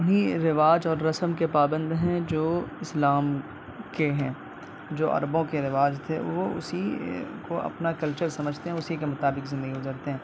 ہی رواج اور رسم کے پابند ہیں جو اسلام کے ہیں جو عربوں کے رواج تھے وہ اسی کو اپنا کلچر سمجھتے ہیں اسی کے مطابق اپنی زندگی گزرتے ہیں